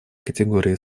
категории